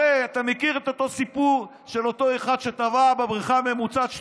הרי אתה מכיר את אותו סיפור של אותו אחד שטבע בבריכה הממוצעת,